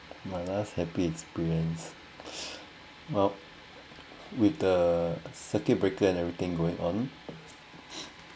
my last happy experience about with the circuit breaker and everything going on